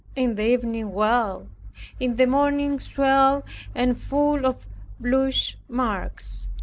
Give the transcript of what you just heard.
in the evening well in the morning swelled and full of bluish marks,